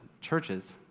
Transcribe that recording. churches